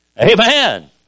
amen